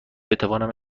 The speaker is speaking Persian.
بتوانم